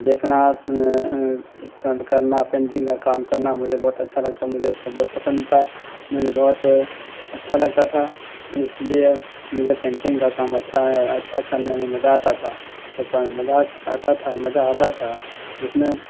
دیکھنا پینٹ کرنا پینٹنگ کا کام کرنا مجھے بہت اچھا لگتا ہے اور مجھے بہت پسند تھا مجھے بہت اچھا لگتا تھا اس لیے مجھے پینٹنگ کا کام اچھا اچھا کرنے میں مزہ آتا تھا اور مجاک آتا تھا مزہ آتا تھا جس میں